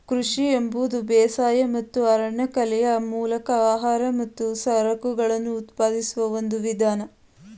ಕೃಷಿ ಎಂಬುದು ಬೇಸಾಯ ಮತ್ತು ಅರಣ್ಯಕಲೆಯ ಮೂಲಕ ಆಹಾರ ಮತ್ತು ಸರಕುಗಳನ್ನು ಉತ್ಪಾದಿಸುವ ಒಂದು ವಿಧಾನ